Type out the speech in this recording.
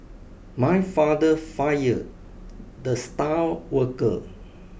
my father fired the star worker